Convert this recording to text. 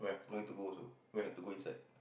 no need to go also you've to go inside